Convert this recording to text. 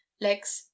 legs